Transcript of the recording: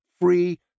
free